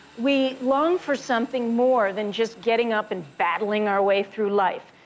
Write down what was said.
we long for something more than just getting up and battling our way through life.